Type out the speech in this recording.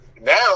now